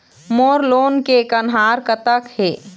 मोर loan के कन्हार कतक हे?